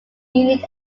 unit